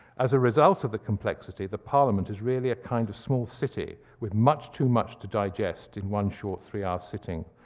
as a result of the complexity, the parliament is really kind of a small city, with much too much to digest in one short three hour sitting.